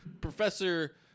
Professor